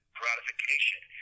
gratification